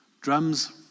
Drums